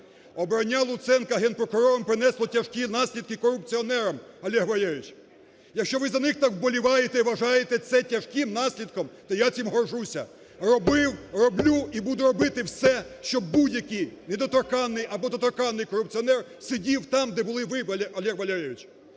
Обрання Луценка Генпрокурором принесло тяжкі наслідки корупціонерам, Олег Валерійович. Якщо ви за них так вболіваєте і вважаєте це тяжким наслідком, то я цим горжуся. Робив, роблю і буду робити все, щоб будь-який недоторканний або доторканний корупціонер сидів там, де були ви, Олег Валерійович,